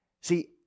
See